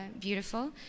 beautiful